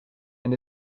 and